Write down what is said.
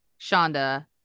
Shonda